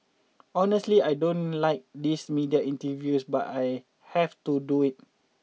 honestly I don't like these media interviews but I have to do it